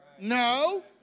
no